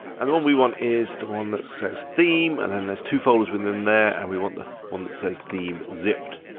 and the one we want is the one that says theme and then there's two folders within there and we want the one that says theme zipped.